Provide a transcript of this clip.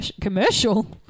commercial